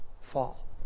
fall